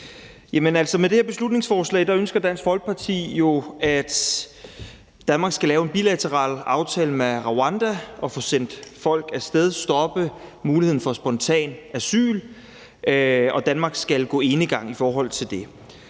Med det her beslutningsforslag ønsker Dansk Folkeparti jo, at Danmark skal lave en bilateral aftale med Rwanda, få sendt folk af sted, stoppe muligheden for spontant asyl, og at Danmark skal gå enegang i forhold til det.